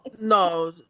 no